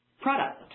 product